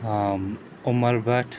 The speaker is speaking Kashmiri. عُمر بَٹ